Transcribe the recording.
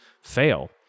fail